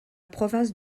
province